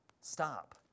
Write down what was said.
stop